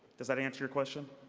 does that answer your question?